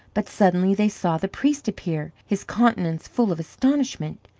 but suddenly they saw the priest appear, his countenance full of astonishment.